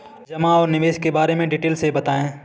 जमा और निवेश के बारे में डिटेल से बताएँ?